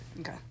Okay